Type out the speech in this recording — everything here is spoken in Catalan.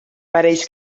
pareix